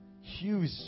huge